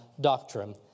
doctrine